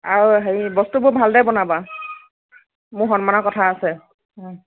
আৰু হেৰি বস্তুবোৰ ভাল দৰে বনাবা মোৰ সন্মানৰ কথা আছে